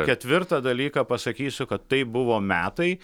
ketvirtą dalyką pasakysiu kad tai buvo metai